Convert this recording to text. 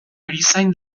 erizain